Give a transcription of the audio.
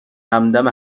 همدم